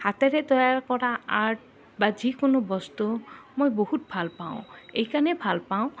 হাতেৰে তৈয়াৰ কৰা আৰ্ট বা যিকোনো বস্তু মই বহুত ভাল পাওঁ এইকাৰণে ভাল পাওঁ